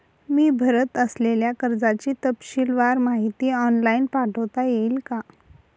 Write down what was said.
मी भरत असलेल्या कर्जाची तपशीलवार माहिती ऑनलाइन पाठवता येईल का?